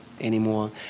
anymore